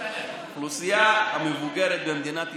האוכלוסייה המבוגרת במדינת ישראל,